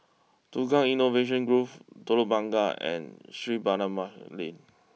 Tukang Innovation Grove Telok Blangah and Street Barnabas Lane